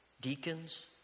deacons